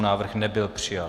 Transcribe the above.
Návrh nebyl přijat.